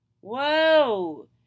Whoa